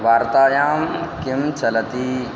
वार्तायां किं चलति